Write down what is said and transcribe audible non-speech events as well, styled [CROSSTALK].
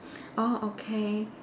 [BREATH] orh okay